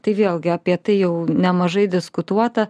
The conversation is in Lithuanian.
tai vėlgi apie tai jau nemažai diskutuota